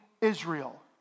Israel